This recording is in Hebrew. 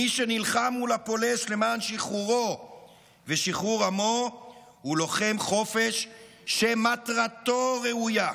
מי שנלחם מול הפולש למען שחרורו ושחרור עמו הוא לוחם חופש שמטרתו ראויה.